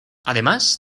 además